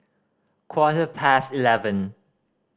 quarter past eleven